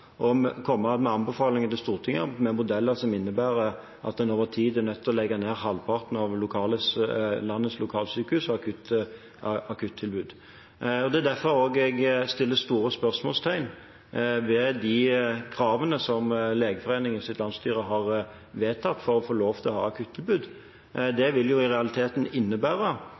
komme med anbefalinger til Stortinget om modeller som innebærer at en over tid er nødt til å legge ned halvparten av landets lokalsykehus og akuttilbud. Det er derfor jeg også setter store spørsmålstegn ved de kravene som Legeforeningens landsstyre har vedtatt for å få lov til å ha akuttilbud.